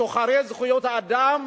שוחרי זכויות האדם